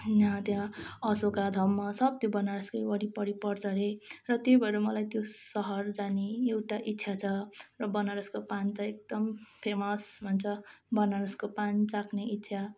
होइन त्यहाँ अशोका धम्म सब त्यो बनारसकै वरिपरि पर्छ अरे र त्यही भएर मलाई त्यो सहर जाने एउटा इच्छा र बनारसको पान त एकदम फेमस भन्छ बनारसको पान चाख्ने इच्छा